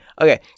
Okay